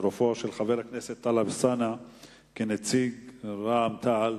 לצרף את חבר הכנסת טלב אלסאנע כנציג רע"ם-תע"ל